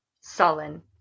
sullen